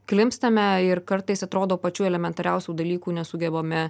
klimpstame ir kartais atrodo pačių elementariausių dalykų nesugebame